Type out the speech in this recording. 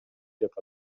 деп